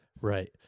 Right